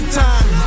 time